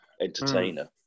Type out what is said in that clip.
entertainer